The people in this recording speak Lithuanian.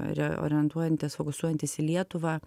re orientuojantis fokusuojantis į lietuvą